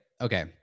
Okay